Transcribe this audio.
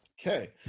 Okay